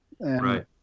Right